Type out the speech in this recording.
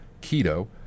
keto